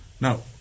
Now